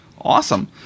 Awesome